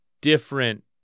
different